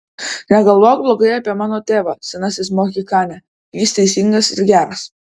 negalvok blogai apie mano tėvą senasis mohikane jis teisingas ir geras